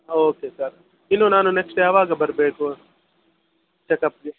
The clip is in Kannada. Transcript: ಓಕೆ ಸರ್ ಇನ್ನು ನಾನು ನೆಕ್ಸ್ಟ್ ಯಾವಾಗ ಬರಬೇಕು ಚೆಕಪ್ಗೆ